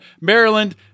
Maryland